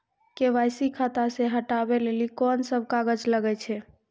KYC खाता से हटाबै लेली कोंन सब कागज लगे छै?